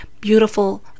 beautiful